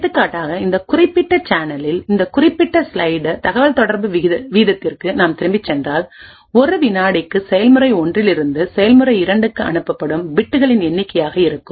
எடுத்துக்காட்டாக இந்த குறிப்பிட்ட சேனலின் இந்த குறிப்பிட்ட ஸ்லைடு தகவல்தொடர்பு வீதத்திற்கு நாம் திரும்பிச் சென்றால் ஒரு வினாடிக்கு செயல்முறை ஒன்றிலிருந்து செயல்முறை இரண்டுக்கு அனுப்பப்படும் பிட்களின் எண்ணிக்கையாக இருக்கும்